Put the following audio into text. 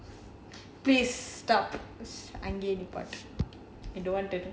please stop அங்கேயே நிப்பாட்டு:angaeyae nippaattu I don't want to do